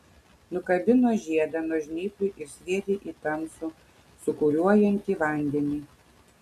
nukabino žiedą nuo žnyplių ir sviedė į tamsų sūkuriuojantį vandenį